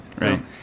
Right